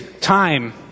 time